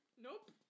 Nope